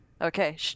Okay